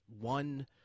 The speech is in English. one